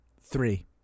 Three